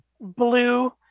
blue